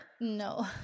No